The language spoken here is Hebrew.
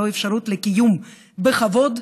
ללא אפשרות לקיום בכבוד,